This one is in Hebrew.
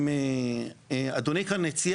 בנוסח שכאן,